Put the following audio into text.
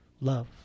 love